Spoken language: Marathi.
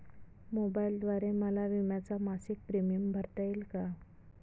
मोबाईलद्वारे मला विम्याचा मासिक प्रीमियम भरता येईल का?